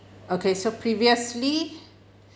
okay so previously